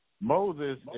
Moses